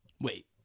wait